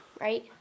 Right